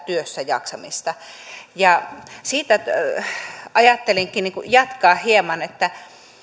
työssäjaksamista ja siitä ajattelinkin jatkaa hieman että